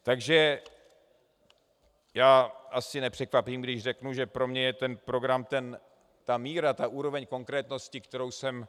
Takže já asi nepřekvapím, když řeknu, že pro mě je ten program, ta míra, ta úroveň konkrétnosti, kterou jsem...